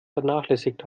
vernachlässigt